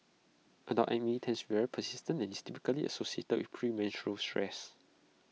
adult acne tends very persistent and IT is typically associated with premenstrual